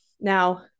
Now